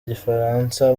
igifaransa